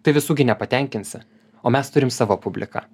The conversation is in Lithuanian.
tai visų gi nepatenkinsi o mes turim savo publiką